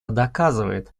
доказывает